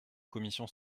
commission